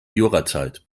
jurazeit